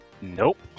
Nope